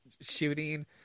shooting